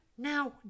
Now